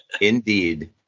Indeed